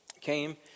came